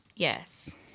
Yes